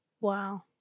Wow